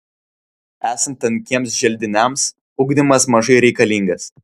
esant tankiems želdiniams ugdymas mažai reikalingas